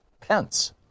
Pence